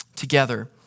Together